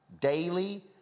daily